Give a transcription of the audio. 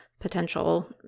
potential